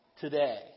today